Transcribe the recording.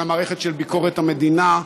על המערכת של ביקורת המדינה.